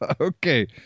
Okay